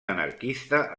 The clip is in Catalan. anarquista